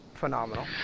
phenomenal